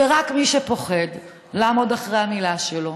זה רק מי שפוחד לעמוד מאחורי המילה שלו,